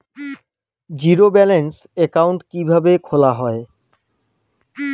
Zero balance account কিভাবে খোলা হয়?